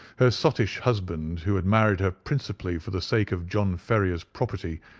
her sottish husband, who had married her principally for the sake of john ferrier's property,